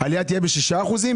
העלייה ב-6%?